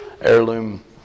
heirloom